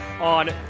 on